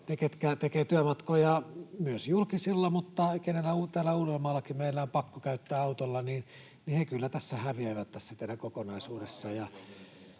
Ne, ketkä tekevät työmatkoja myös julkisilla mutta keiden on täällä Uudellamaallakin pakko käyttää autoa, kyllä tässä teidän kokonaisuudessanne